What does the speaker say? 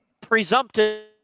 presumptive